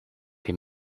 been